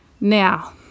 Now